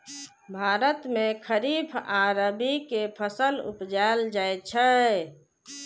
भारत मे खरीफ आ रबी के फसल उपजाएल जाइ छै